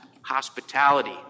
hospitality